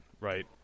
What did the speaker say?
right